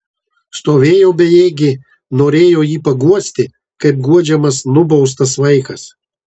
stovėjo bejėgė norėjo jį paguosti kaip guodžiamas nubaustas vaikas